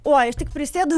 oi aš tik prisėdu